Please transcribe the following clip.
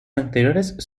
anteriores